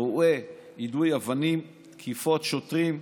אירועי יידוי אבנים, תקיפות שוטרים,